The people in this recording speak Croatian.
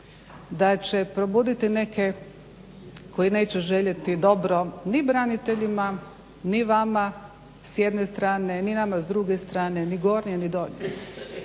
da će probuditi neke koji neće željeti dobro ni braniteljima, ni vama s jedne strane, ni nama s druge strane, ni nama s druge